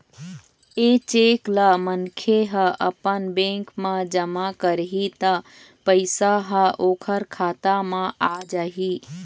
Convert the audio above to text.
ए cheque ल मनखे ह अपन बेंक म जमा करही त पइसा ह ओखर खाता म आ जाही